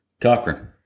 Cochran